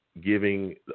giving